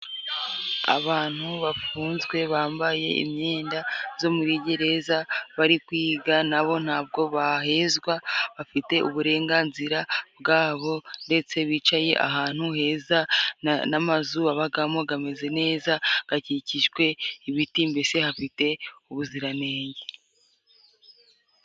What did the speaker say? Abantu bafunzwe bambaye imyenda zo muri gereza bari kwiga nabo ntabwo bahezwa bafite uburenganzira bwabo ndetse bicaye ahantu heza n'amazu babagamo gameze neza gakikijwe ibiti mbese hafite ubuziranenge.